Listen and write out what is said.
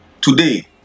Today